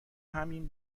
همین